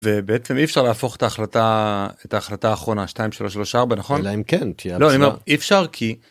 ובעצם אי אפשר להפוך את ההחלטה את ההחלטה האחרונה 2334 נכון? אלא אם כן לא אני אומר אי אפשר כי.